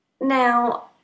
Now